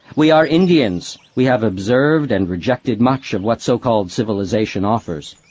we are indians! we have observed and rejected much of what so-called civilization offers.